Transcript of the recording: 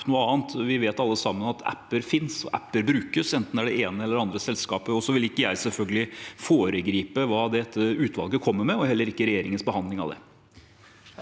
Vi vet alle sammen at apper finnes og brukes, enten det gjelder det ene eller det andre selskapet. Jeg vil selvfølgelig ikke foregripe hva dette utvalget kommer med, og heller ikke regjeringens behandling av det.